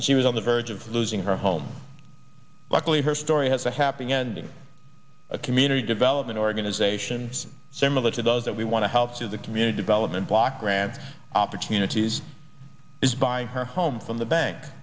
and she was on the verge of losing her home luckily her story has a happy ending a community development organizations similar to those that we want to help to the community development block grants opportunities is buying her home from the bank